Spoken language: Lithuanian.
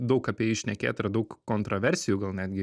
daug apie jį šnekėt ir daug kontraversijų gal netgi